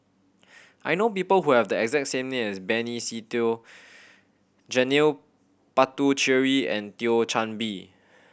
I know people who have the exact same name as Benny Se Teo Janil Puthucheary and Thio Chan Bee